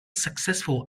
successful